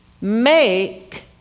make